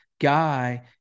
guy